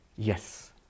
Yes